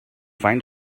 find